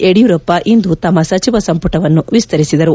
ಯಡಿಯೂರಪ್ಪ ಇಂದು ತಮ್ನ ಸಚಿವ ಸಂಪುಟವನ್ನು ವಿಸ್ತರಿಸಿದರು